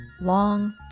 Long